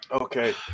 Okay